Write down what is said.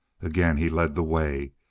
again he led the way,